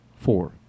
Four